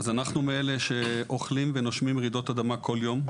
אנחנו מאלה שאוכלים ונושמים רעידות אדמה כל יום,